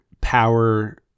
power